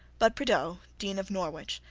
but prideaux, dean of norwich,